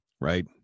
Right